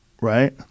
Right